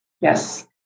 Yes